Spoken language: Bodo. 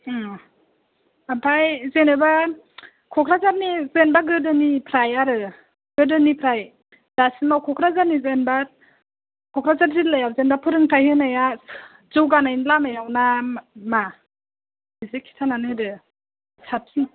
ओमफाय जेनेबा क'क्राझारनि जेन'बा गोदोनिफ्राय आरो गोदोनिफ्राय दासिमाव क'क्राझारनि जेन'बा क'क्राझार जिल्लायाव जेन'बा फोरोंथाइ होनाया जौगानायनि लामायाव ना मा एसे खिथानानै होदो साबसिन